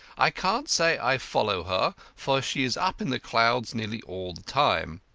i can't say i follow her, for she is up in the clouds nearly all the time,